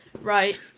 right